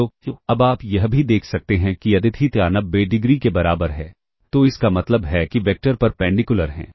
तो अब आप यह भी देख सकते हैं कि यदि थीटा 90 डिग्री के बराबर है तो इसका मतलब है कि वेक्टर परपेंडिकुलर हैं